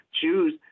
choose